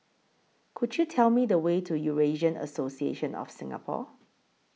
Could YOU Tell Me The Way to Eurasian Association of Singapore